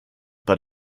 but